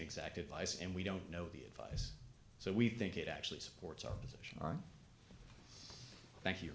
exact advice and we don't know the advice so we think it actually supports our position thank you